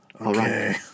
Okay